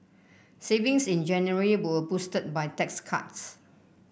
savings in January were boosted by tax cuts